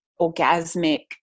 orgasmic